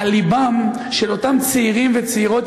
על לבם של אותם צעירים וצעירות,